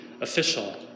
official